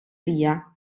via